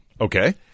Okay